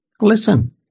listen